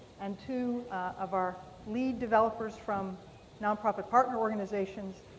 and two of our lead developers from nonprofit partner organizations,